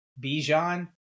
Bijan